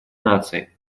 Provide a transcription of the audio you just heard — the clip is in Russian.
наций